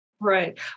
Right